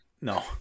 No